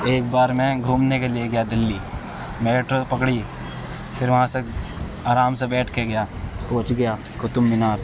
ایک بار میں گھومنے کے لیے گیا دلّی میٹرو پکڑی پھر وہاں سے آرام سے بیٹھ کے گیا پہنچ گیا قطب مینار